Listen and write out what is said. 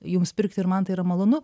jums pirkti ir man tai yra malonu